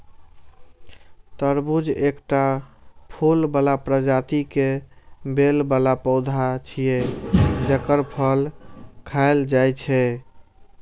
तरबूज एकटा फूल बला प्रजाति के बेल बला पौधा छियै, जेकर फल खायल जाइ छै